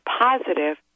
positive